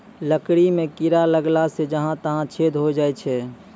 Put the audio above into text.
लकड़ी म कीड़ा लगला सें जहां तहां छेद होय जाय छै